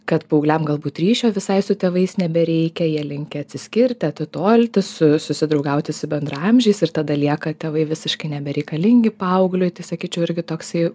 kad paaugliam galbūt ryšio visai su tėvais nebereikia jie linkę atsiskirti atitolti su susidraugauti su bendraamžiais ir tada lieka tėvai visiškai nebereikalingi paaugliui tai sakyčiau irgi toksai